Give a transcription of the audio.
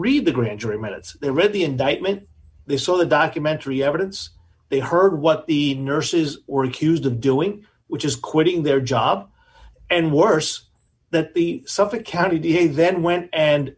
read the grand jury minutes they read the indictment they saw the documentary evidence they heard what the nurses were accused of doing which is quitting their job and worse that the suffolk county d a then went and